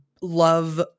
love